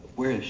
where